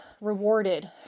rewarded